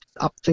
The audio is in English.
up